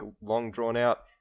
long-drawn-out